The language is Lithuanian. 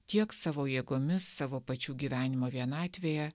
tiek savo jėgomis savo pačių gyvenimo vienatvėje